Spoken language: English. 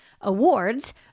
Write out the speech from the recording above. awards